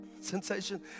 sensation